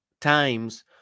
times